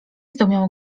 zdumiał